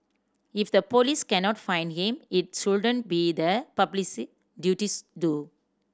if the police cannot find him it shouldn't be the public duties to